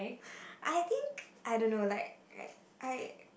I think I don't know like I I